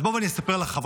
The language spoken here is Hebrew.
אז בואי אספר לך,